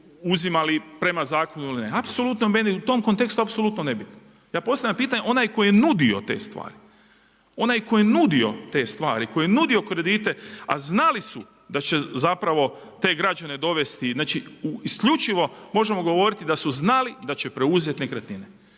uzimali prema zakonu ili ne. Apsolutno meni u tom kontekstu apsolutno nebitno. Ja postavljam pitanje onaj koji je nudio te stvari, onaj koji je nudio te stvari, koji je nudio kredite a znali su da će zapravo te građane dovesti, znači u isključivo, možemo govoriti, da su znali da će preuzeti nekretnine.